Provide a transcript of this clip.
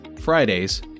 Fridays